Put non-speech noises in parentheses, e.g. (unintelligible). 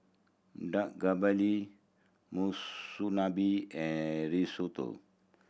Dak (unintelligible) Monsunabe and Risotto